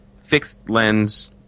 fixed-lens